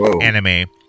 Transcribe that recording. anime